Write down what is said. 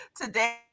today